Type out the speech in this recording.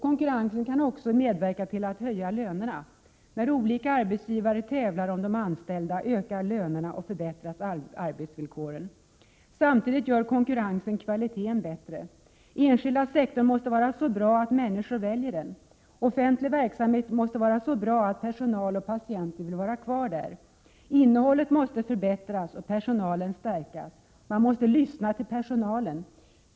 Konkurrensen kan också medverka till att höja lönerna. När olika arbetsgivare tävlar om de anställda ökar lönerna och förbättras arbetsvillkoren. Samtidigt gör konkurrensen kvaliteten bättre. Den enskilda sektorn måste vara så bra att människor väljer den. Offentlig verksamhet måste vara så bra att personal och patienter vill vara kvar där. Innehållet måste förbättras, personalen stärkas. Man måste lyssna till personalen.